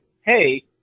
hey